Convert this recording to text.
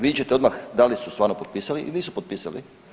Vidjet ćete odmah da li su stvarno potpisali ili nisu potpisali.